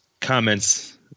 comments